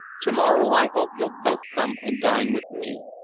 to-morrow i hope you'll both come and dine with me.